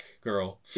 girl